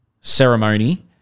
ceremony